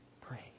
Pray